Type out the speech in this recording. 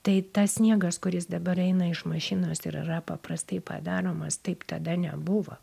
tai tas sniegas kuris dabar eina iš mašinos ir yra paprastai padaromas taip tada nebuvo